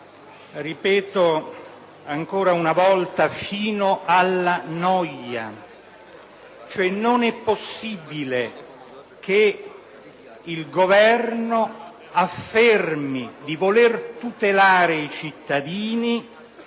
ripeto ancor una volta, fino alla noia, che non è possibile che il Governo affermi di voler tutelare i cittadini